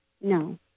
No